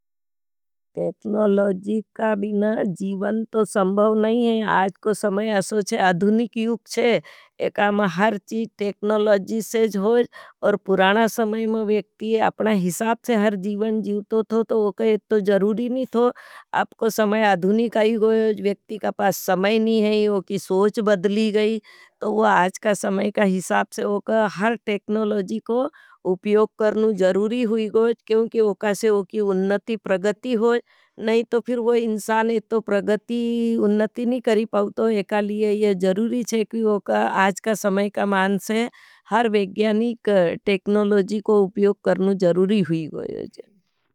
टेकनोलोजीक का बिना जीवन तो संभव नहीं है। आज को समय असोच है, अधुनिक यूख है। एका मा हर चीज टेकनोलोजीक से जोज और पुराना समय में वेक्ति ये अपना हिसाप से हर जीवन जीवतो थो तो वोके इतनो जरूरी नहीं थो। आज को समय अधुनिक है, वेक्ति का पास समय नहीं है वोकी सोच बदली गई। तो वो आज का समय का हिसाप से वोका हर टेकनोलोजीक को उपयोग करनी जरूरी हुई। गोईज क्योंकि वोका से वोकी उन्नती प्रगती होई। नहीं तो फिर वो इंसान इतनो प्रगती उन्नती नहीं करी पाओ तो एकालिये यह जरूरी है। क्योंकि वोका आज का समय का मान से हर वेक्ति का टेकनोलोजीक को उप्योग करनी जरूरी हुई गोईज।